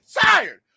tired